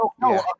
No